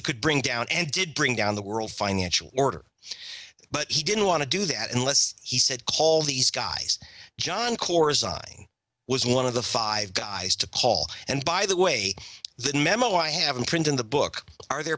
it could bring down and did bring down the world financial order but he didn't want to do that unless he said call these guys john course i was one of the five guys to call and by the way that memo i have in print in the book are